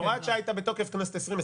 הוראת השעה הייתה בתוקף בכנסת העשרים,